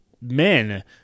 men